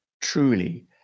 truly